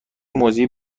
موضعی